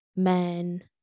men